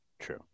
True